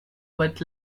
but